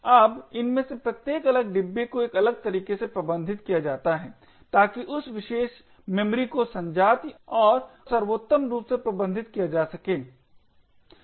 अब इनमें से प्रत्येक अलग डिब्बे को एक अलग तरीके से प्रबंधित किया जाता है ताकि उस विशेष स्मृति को संजाति और को सर्वोत्तम रूप से प्रबंधित किया जा सके